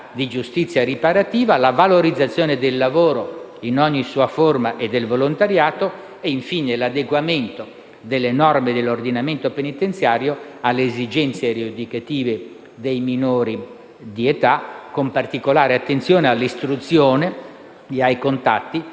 la valorizzazione del lavoro, in ogni sua forma e del volontariato; infine, l'adeguamento delle norme dell'ordinamento penitenziario alle esigenze rieducative dei detenuti minori di età, con particolare attenzione all'istruzione e ai contatti